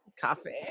Coffee